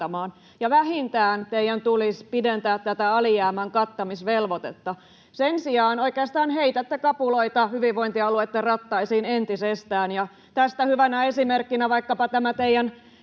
vähintään pidentää tätä alijäämän kattamisvelvoitetta. Sen sijaan oikeastaan heitätte kapuloita hyvinvointialueiden rattaisiin entisestään, ja tästä hyvänä esimerkkinä on vaikkapa tämä teidän